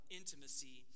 intimacy